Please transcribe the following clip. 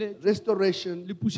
restoration